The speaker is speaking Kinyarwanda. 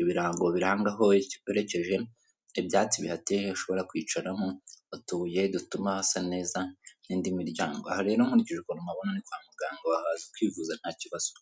ibirango biranga aho berekeje, ibyatsi bihateye hashobora kwicaramo utubuye dutuma hasa neza, n'indi miryango. Aha rero nkurikije ukuntu mpabona ni kwa muganga waza ukivuza nta kibazo.